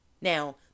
Now